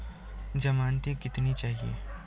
ज़मानती कितने चाहिये?